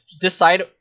decide